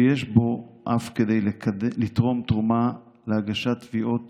ויש בו אף כדי לתרום תרומה להגשת תביעות